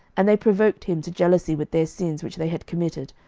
and they provoked him to jealousy with their sins which they had committed,